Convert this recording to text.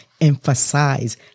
emphasize